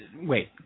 Wait